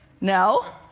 No